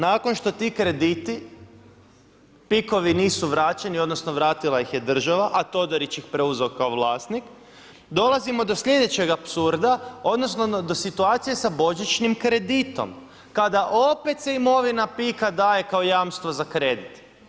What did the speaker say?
Nakon što ti krediti PIK-ovi nisu vraćeni odnosno vratila ih je država, a Todorić ih preuzeo kao vlasnik, dolazimo do sljedećeg apsurda odnosno do situacije sa božićnim kreditom kada se opet se imovina PIK-a daje kao jamstvo za kredit.